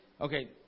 Okay